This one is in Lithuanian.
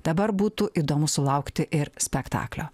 dabar būtų įdomu sulaukti ir spektaklio